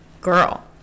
girl